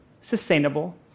sustainable